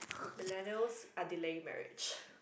Millennials are delaying marriage